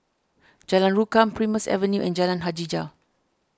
Jalan Rukam Primrose Avenue and Jalan Hajijah